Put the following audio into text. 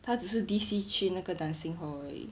他只是 D_C 去那个 dancing hall 而已